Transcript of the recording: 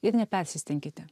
ir nepersistenkite